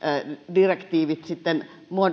direktiivit